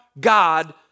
God